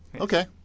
Okay